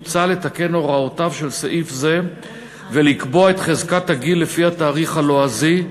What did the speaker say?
מוצע לתקן הוראותיו של סעיף זה ולקבוע את חזקת הגיל לפי התאריך הלועזי,